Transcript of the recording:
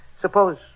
Suppose